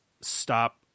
stop